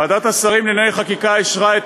ועדת השרים לענייני חקיקה אישרה את